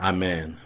Amen